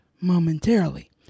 momentarily